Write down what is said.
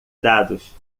dados